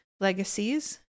Legacies